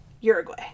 Uruguay